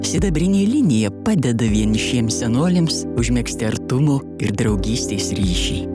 sidabrinė linija padeda vienišiems senoliams užmegzti artumo ir draugystės ryšį